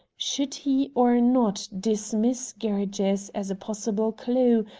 should he or not dismiss gerridge's as a possible clew,